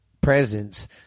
presence